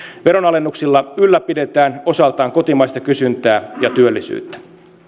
veronalennuksilla ylläpidetään osaltaan kotimaista kysyntää ja työllisyyttä